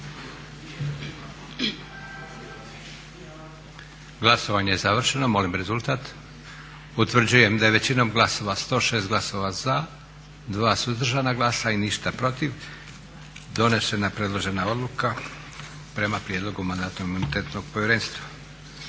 Glasovanje je završeno. Molim rezultat. Utvrđujem da je većinom glasova, 106 glasova za, 2 suzdržana glasa i ništa protiv donesena predložena odluka prema prijedlogu Mandatno-imunitetnog povjerenstva.